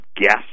guess